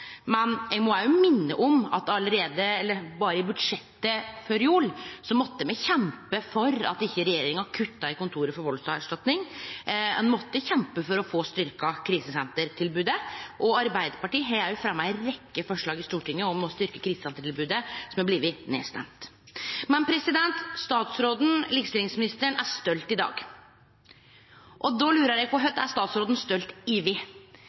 men eg må òg minna om at i budsjettet før jul måtte ein kjempe for at ikkje regjeringa kutta i Kontoret for valdsoffererstatning, ein måtte kjempe for å få styrkt krisesentertilbodet. Arbeidarpartiet har òg fremja ei rekkje forslag i Stortinget om å styrkje krisesentertilbodet, som har blitt nedstemde. Likestillingsministeren er stolt i dag. Då lurer eg på